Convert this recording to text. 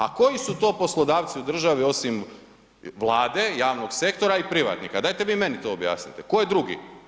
A koji su to poslodavci u državi osim Vlade, javnog sektora i privatnika, dajte vi meni to objasnite, tko je drugi?